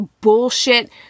bullshit